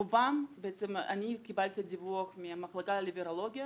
אני קיבלתי דיווח מהמחלקה לווירולוגיה